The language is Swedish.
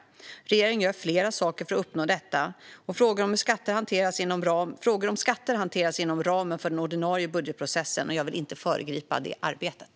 Regeringen gör flera saker för att uppnå detta. Frågor om skatter hanteras inom ramen för den ordinarie budgetprocessen. Jag vill inte föregripa det arbetet.